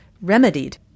remedied